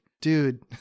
dude